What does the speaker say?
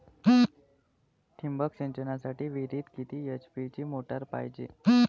ठिबक सिंचनासाठी विहिरीत किती एच.पी ची मोटार पायजे?